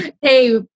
hey